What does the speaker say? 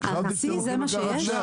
כלל ארצי, זה מה שיש?